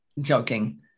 joking